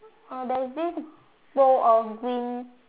uh there is this bowl of green